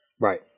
Right